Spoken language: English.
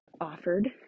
offered